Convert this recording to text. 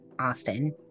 Austin